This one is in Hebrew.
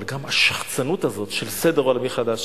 אבל גם השחצנות הזאת של סדר עולמי חדש.